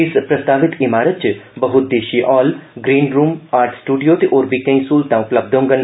इस प्रस्तावित इमारत च बहुउद्देषी hall green room art studio ते होर बी केई स्हूलतां उपलब्ध होडन